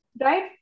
Right